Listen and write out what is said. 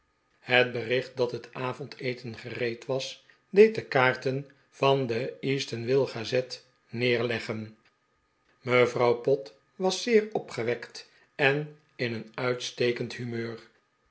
het bericht dat het avondeten gereed was deed de kaarten en de eatanswillgazette neerleggen mevrouw pott was zeer opgewekt en in een uitstekend humeur